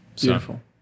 Beautiful